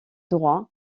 droit